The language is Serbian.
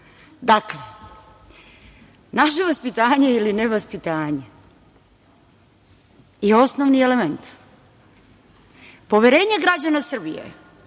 Dakle, naše vaspitanje ili nevaspitanje je osnovni element. Poverenje građana Srbije